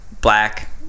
black